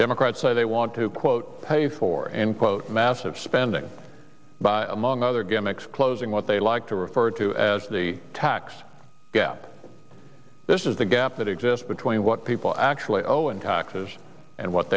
democrats say they want to quote pay for a quote massive spending by among other gimmicks closing what they like to refer to as the tax gap this is the gap that exists between what people actually owe in taxes and what